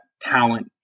talent